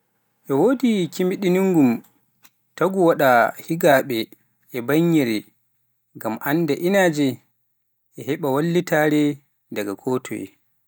e wodi kimmiɗiniiɗum taagu waɗa higiraabe e banyeeri ngma annda inaaje e haɓa wallitare daga ko toye.